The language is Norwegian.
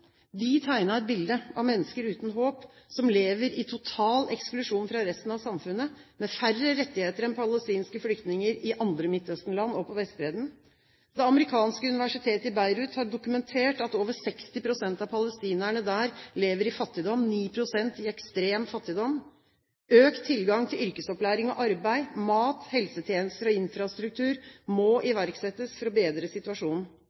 De tegnet et bilde av mennesker uten håp, som lever i total eksklusjon fra resten av samfunnet, med færre rettigheter enn palestinske flyktninger i andre Midtøsten-land og på Vestbredden. Det amerikanske universitetet i Beirut har dokumentert at over 60 pst. av palestinerne der lever i fattigdom, 9 pst. i ekstrem fattigdom. Økt tilgang til yrkesopplæring og arbeid, mat, helsetjeneste og infrastruktur må iverksettes for å bedre situasjonen.